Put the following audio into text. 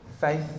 Faith